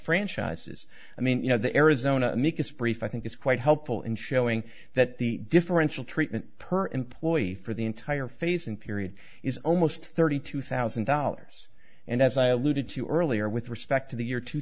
franchises i mean you know the arizona brief i think is quite helpful in showing that the differential treatment per employee for the entire phasing period is almost thirty two thousand dollars and as i alluded to earlier with respect to the year two